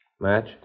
Match